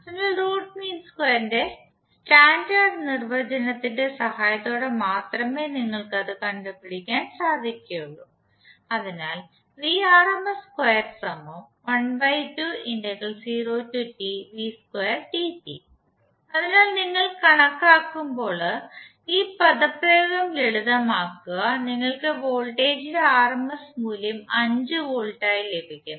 അതിനാൽ root mean സ്ക്വയർന്റെ standard നിർവചനത്തിന്റെ സഹായത്തോടെ മാത്രമേ നിങ്ങൾക് അത് കണ്ടു പിടിക്കാൻ സാധിക്കുക ഉള്ളു അതിനാൽ അതിനാൽ നിങ്ങൾ കണക്കാക്കുമ്പോൾ ഈ പദപ്രയോഗം ലളിതമാക്കുക നിങ്ങൾക്ക് വോൾട്ടേജിന്റെ ആർഎംഎസ് മൂല്യം 5 വോൾട്ടായി ലഭിക്കും